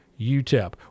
UTEP